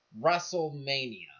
Wrestlemania